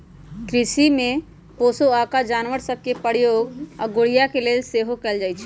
कृषि में पोशौआका जानवर सभ के प्रयोग अगोरिया के लेल सेहो कएल जाइ छइ